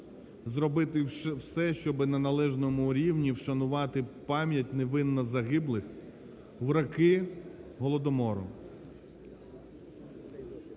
зробити все, щоб на належному рівні вшанувати пам'ять невинно загиблих в роки голодомору.